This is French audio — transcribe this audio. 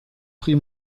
prix